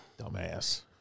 Dumbass